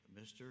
mr